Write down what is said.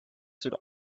should